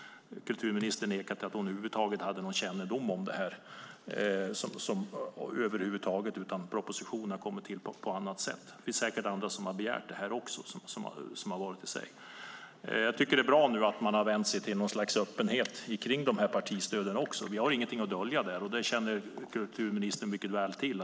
Kulturministern förnekar att hon över huvud taget hade kännedom om detta och säger att propositionen har kommit till på annat sätt. Det är bra att man nu har valt att ha någon sorts öppenhet när det gäller partistöden. Vi har ingenting att dölja. Det känner kulturministern till.